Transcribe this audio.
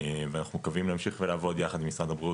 ואנחנו מקווים להמשיך ולעבוד יחד עם משרד הבריאות